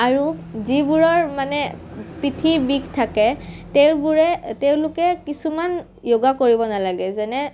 আৰু যিবোৰৰ মানে পিঠি বিষ থাকে তেওঁবোৰে তেওঁলোকে কিছুমান য়োগা কৰিব নালাগে যেনে